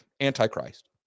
antichrist